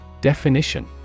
Definition